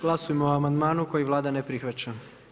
Glasujmo o amandmanu koji Vlada ne prihvaća.